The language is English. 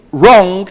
wrong